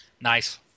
nice